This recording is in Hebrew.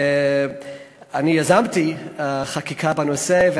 ואני יזמתי חקיקה בנושא,